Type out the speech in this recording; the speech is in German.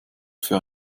für